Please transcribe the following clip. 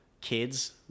kids